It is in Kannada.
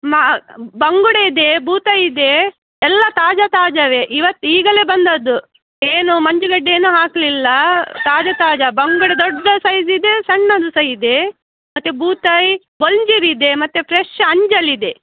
ಮಾ ಬಂಗುಡೆ ಇದೆ ಬೂತಾಯಿ ಇದೆ ಎಲ್ಲ ತಾಜಾ ತಾಜವೇ ಇವತ್ತು ಈಗಲೇ ಬಂದಿದ್ದು ಏನು ಮಂಜುಗಡ್ಡೆ ಏನೂ ಹಾಕಲಿಲ್ಲ ತಾಜಾ ತಾಜ ಬಂಗುಡೆ ದೊಡ್ದು ಸೈಜ್ ಇದೆ ಸಣ್ಣದು ಸಹ ಇದೆ ಮತ್ತು ಬೂತಾಯಿ ಬೊಳಂಜಿರ್ ಇದೆ ಮತ್ತು ಫ್ರೆಶ್ ಅಂಜಲ್ ಇದೆ